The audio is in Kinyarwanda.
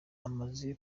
amaze